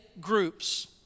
groups